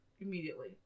immediately